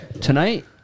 Tonight